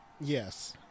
yes